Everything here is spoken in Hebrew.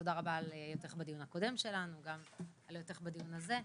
תודה רבה על היותך בדיון הקודם שלנו וגם על היותך בדיון הזה.